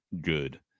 good